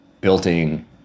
building